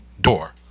door